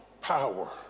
power